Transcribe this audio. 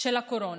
של הקורונה.